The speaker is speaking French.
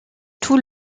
tout